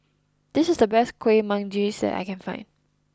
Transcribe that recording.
this is the best Kueh Manggis that I can find